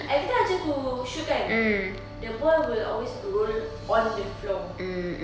everytime I try to shoot kan the ball will always roll on the floor